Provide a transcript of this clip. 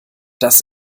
das